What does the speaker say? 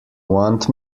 want